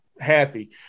happy